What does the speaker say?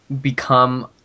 become